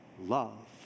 love